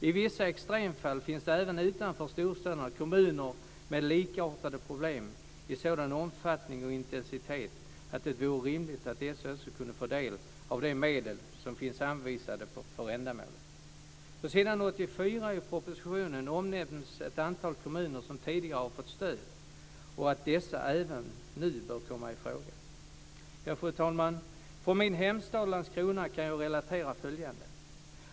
I vissa extremfall finns det även utanför storstäderna kommuner med likartade problem i en sådan omfattning och intensitet att det vore rimligt att dessa också kunde få del av de medel som finns anvisade för ändamålet. På s. 84 i propositionen omnämns ett antal kommuner som tidigare har fått stöd och att dessa även nu bör komma i fråga. Fru talman! Från min hemstad Landskrona kan jag relatera följande.